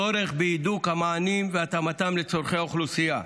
צורך בהידוק המענים והתאמתם לצורכי האוכלוסייה,